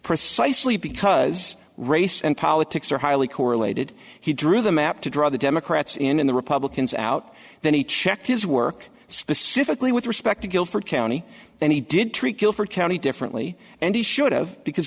precisely because race and politics are highly correlated he drew the map to draw the democrats in and the republicans out that he checked his work specifically with respect to guilford county and he did treat guilford county differently and he should have because